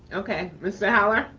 okay, mr. holler.